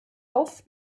auf